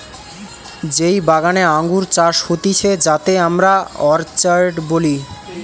যেই বাগানে আঙ্গুর চাষ হতিছে যাতে আমরা অর্চার্ড বলি